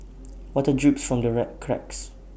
water drips from the red cracks